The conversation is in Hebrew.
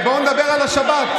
בואו נדבר על השבת.